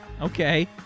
Okay